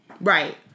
Right